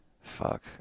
fuck